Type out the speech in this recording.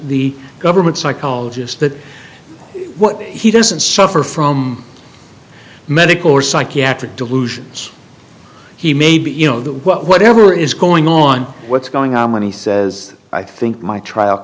the government psychologist that he doesn't suffer from medical or psychiatric delusions he may be you know that whatever is going on what's going on when he says i think my trial